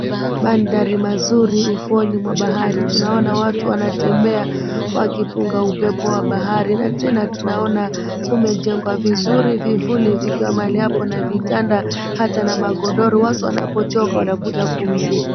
Mandhari mazuri ufuoni mwa bahari. Tunaona watu wanatembea wakipunga upepo wa bahari na tena tunaona kumejengwa vizuri vivuli vikiwa mahali hapo na vitanda hata na magodoro watu wanapochoka wanakuja kupumzika.